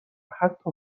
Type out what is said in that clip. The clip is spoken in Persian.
حتی